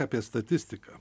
apie statistiką